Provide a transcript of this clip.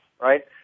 Right